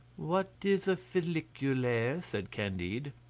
what is a folliculaire? said candide.